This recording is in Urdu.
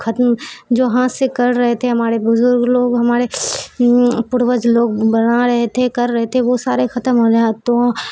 ختم جو ہاتھ سے کر رہے تھے ہمارے بزرگ لوگ ہمارے پوروج لوگ بنا رہے تھے کر رہے تھے وہ سارے ختم ہو رہے تو